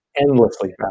endlessly